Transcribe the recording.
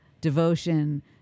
devotion